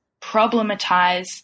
problematize